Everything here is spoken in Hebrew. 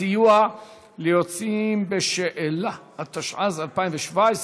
סיוע ליוצאים בשאלה), התשע"ז 2017,